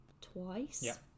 twice